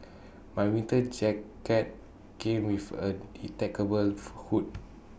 my winter jacket came with A detachable hood